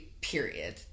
period